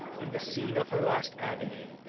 in the scene of her last agony,